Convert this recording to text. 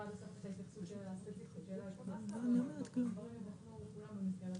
עד הסוף את ההתייחסות אבל הדברים ייבדקו כולם במסגרת